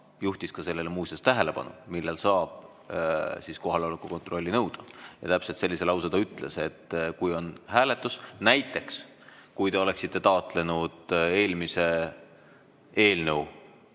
juhtis sellele muuseas tähelepanu, millal saab kohaloleku kontrolli nõuda. Täpselt sellise lause ta ütles, et kui on hääletus. Näiteks kui te oleksite taotlenud eelmise eelnõu